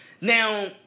Now